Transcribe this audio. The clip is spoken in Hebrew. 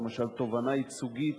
למשל תובענה ייצוגית